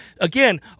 Again